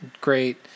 great